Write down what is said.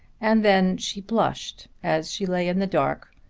and then she blushed as she lay in the dark,